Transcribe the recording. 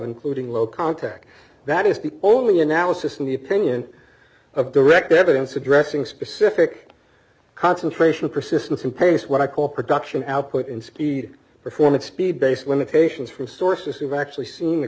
including low contact that is the only analysis in the opinion of direct evidence addressing specific concentration of persistence in pain is what i call production output in speed performance speed based limitations from sources we've actually seen the